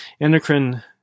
Endocrine